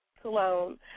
Cologne